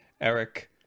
Eric